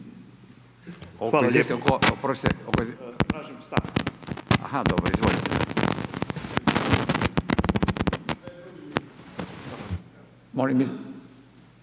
Hvala lijepo.